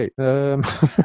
Okay